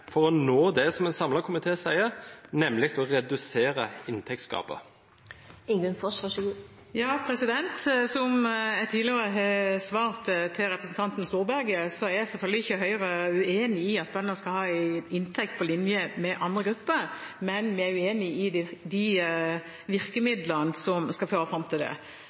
for å nå det som ein samla komité seier, nemleg å redusera inntektsgapet? Som jeg tidligere har svart til representanten Storberget, er selvfølgelig ikke Høyre uenig i at bøndene skal ha en inntekt på linje med andre grupper, men vi er uenig i de virkemidlene som skal føre fram til det.